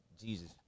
Jesus